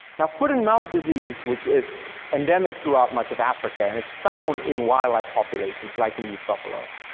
now foot and mouth disease, which is endemic throughout much of africa, and it's found in wildlife populations like in these buffalo,